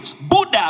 Buddha